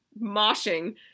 moshing